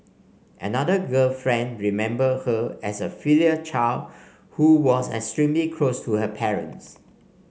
another girlfriend remembered her as a filial child who was extremely close to her parents